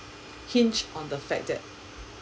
hence on the fact that